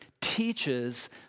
teaches